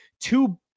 two